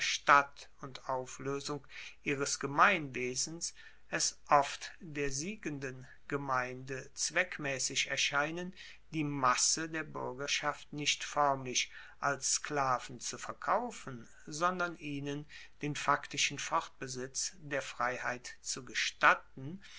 stadt und aufloesung ihres gemeinwesens es oft der siegenden gemeinde zweckmaessig erscheinen die masse der buergerschaft nicht foermlich als sklaven zu verkaufen sondern ihnen den faktischen fortbesitz der freiheit zu gestatten